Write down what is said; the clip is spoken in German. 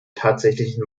tatsächlichen